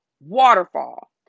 waterfall